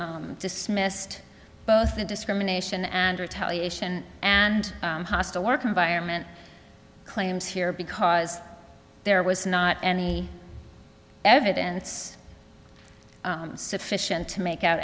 dismissed both the discrimination and retaliation and hostile work environment claims here because there was not any evidence sufficient to make out